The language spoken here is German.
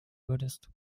würdest